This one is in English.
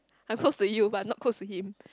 I close to you but not close to him